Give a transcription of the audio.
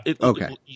okay